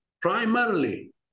Primarily